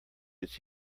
its